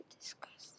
disgusting